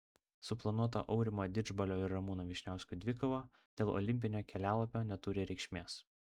suplanuota aurimo didžbalio ir ramūno vyšniausko dvikova dėl olimpinio kelialapio neturi reikšmės